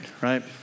right